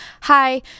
hi